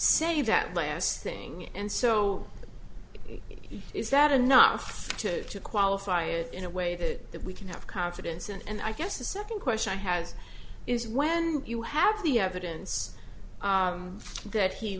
say that last thing and so is that enough to qualify it in a way that that we can have confidence in and i guess the second question has is when you have the evidence that he